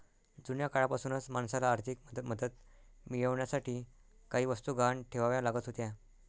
जुन्या काळापासूनच माणसाला आर्थिक मदत मिळवण्यासाठी काही वस्तू गहाण ठेवाव्या लागत होत्या